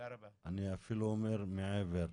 אני אפילו אומר מעבר,